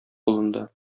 кулында